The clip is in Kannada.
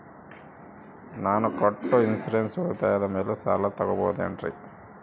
ನಾನು ಕಟ್ಟೊ ಇನ್ಸೂರೆನ್ಸ್ ಉಳಿತಾಯದ ಮೇಲೆ ಸಾಲ ತಗೋಬಹುದೇನ್ರಿ?